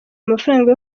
amafranga